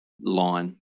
line